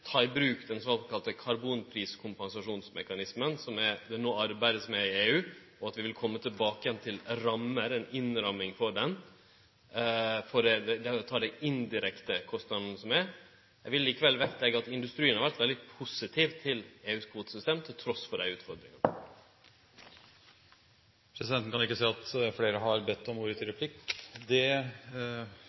ta i bruk den såkalla karbonpriskompensasjonsmekanismen, som ein no arbeider med i EU, og at vi vil kome tilbake til ei innramming, for å ta den indirekte kostnaden som er. Eg vil likevel vektleggje at industrien har vore veldig positiv til EUs kvotesystem, trass i dei utfordringane. Presidenten kan ikke se at flere har bedt om ordet til replikk. – Det